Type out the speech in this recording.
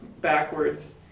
backwards